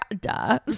duh